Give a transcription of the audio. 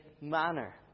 manner